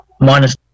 Minus